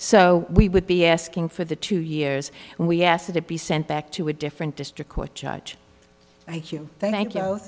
so we would be asking for the two years we asked that it be sent back to a different district court judge thank you thank you